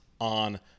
on